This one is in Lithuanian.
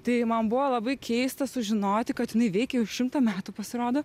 tai man buvo labai keista sužinoti kad jinai veikia jau šimtą metų pasirodo